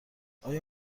آیا